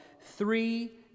three